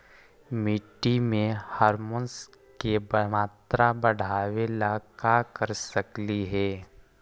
मिट्टी में ह्यूमस के मात्रा बढ़ावे ला का कर सकली हे?